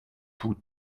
put